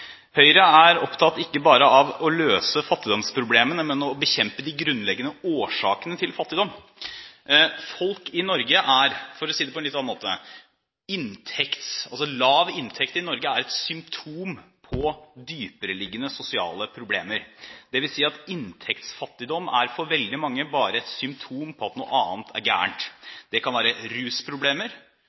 Høyre er opptatt av ikke bare å løse fattigdomsproblemet, men å bekjempe de grunnleggende årsakene til fattigdom. I Norge er lav inntekt et symptom på dypereliggende sosiale problemer, dvs. at inntektsfattigdom er for veldig mange bare et symptom på at noe annet er galt. Det kan være rusproblemer,